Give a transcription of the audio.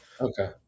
Okay